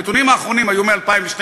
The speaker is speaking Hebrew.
הנתונים האחרונים היו מ-2012.